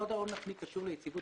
הון עצמי קשור ליציבות